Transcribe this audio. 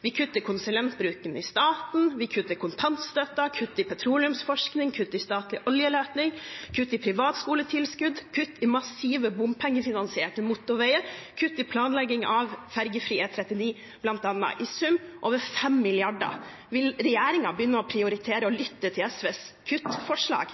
Vi kutter konsulentbruken i staten, vi kutter i kontantstøtten, vi kutter i petroleumsforskning, vi kutter i statlig oljeleting, vi kutter i privatskoletilskudd, vi kutter i massive, bompengefinansierte motorveier, vi kutter bl.a. i planleggingen av fergefri E39 – i sum over 5 mrd. kr. Vil regjeringen begynne å prioritere og lytte til SVs kuttforslag?